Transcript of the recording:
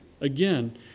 again